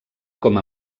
com